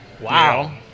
Wow